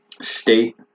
state